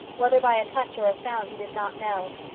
whether by a touch or a sound he did not know.